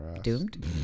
doomed